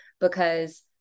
because-